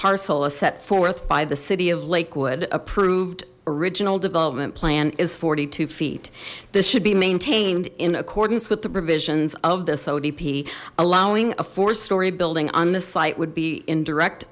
parcel is set forth by the city of lakewood approved original development plan is forty two feet this should be maintained in accordance with the provisions of this odp allowing a four story building on the site would be in direct